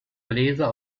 bläser